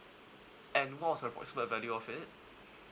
and what was the approximate value of it